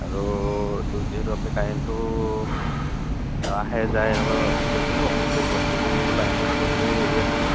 আৰু এইটো যিহেতু আপুনি কাৰেণ্টটো আহে যায় এনেকুৱা কৈছে ন এইটো বস্তুটো লাইনমেনৰ হঁতুৱাই গোটেই এৰিয়াটো